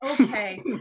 Okay